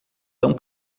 tão